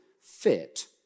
fit